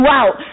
out